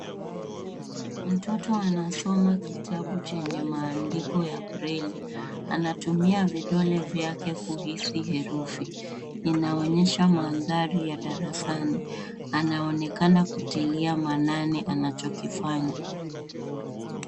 Mtoto anasoma kitabu chenye maandiko ya breli. Anatumia vidole vyake kuhisi herufi. Inaonyesha mandhari ya darasani. Anaonekana kutiilia maanani anachokifanya.